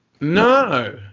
No